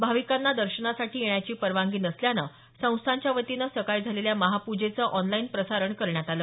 भाविकांना दर्शनासाठी येण्याची परवानगी नसल्यानं संस्थानच्या वतीनं सकाळी झालेल्या महापुजेचं ऑनलाईन प्रसारण करण्यात आलं